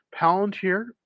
Palantir